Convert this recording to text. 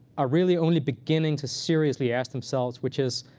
are really only beginning to seriously ask themselves, which is,